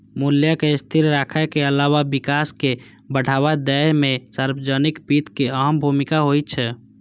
मूल्य कें स्थिर राखै के अलावा विकास कें बढ़ावा दै मे सार्वजनिक वित्त के अहम भूमिका होइ छै